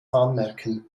anmerken